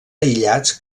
aïllats